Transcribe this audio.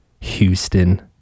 Houston